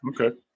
Okay